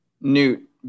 Newt